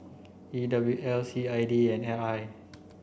E W L C I D and R I